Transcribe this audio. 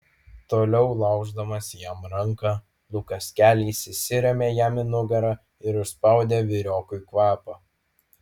toliau lauždamas jam ranką lukas keliais įsirėmė jam į nugarą ir užspaudė vyriokui kvapą